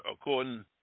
according